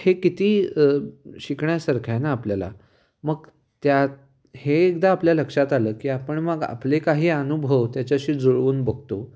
हे किती शिकण्यासारखं आहे ना आपल्याला मग त्यात हे एकदा आपल्या लक्षात आलं की आपण मग आपले काही अनुभव त्याच्याशी जुळवून बघतो